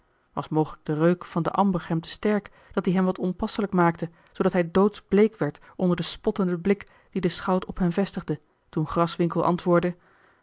mogelijk de reuk van den amber hem te sterk dat die hem wat onpasselijk maakte zoodat hij doodsbleek werd onder den spottenden blik dien de schout op hem vestigde toen graswinckel antwoordde